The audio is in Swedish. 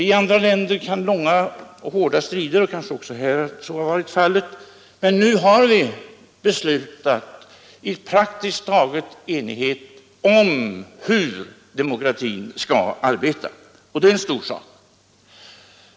I andra länder kan långa och hårda strider utkämpas i sådana här sammanhang — och kanske har så varit fallet även här. Men nu har vi beslutat praktiskt taget i enighet om hur demokratin skall arbeta, och det är en stor sak.